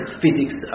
physics